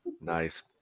Nice